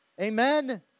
Amen